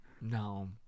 No